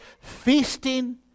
feasting